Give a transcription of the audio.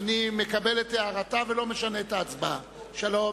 אני קובע שבקריאה מקדמית עברה הצעת חוק הביטוח הלאומי (תיקון,